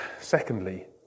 Secondly